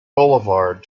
boulevard